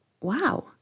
Wow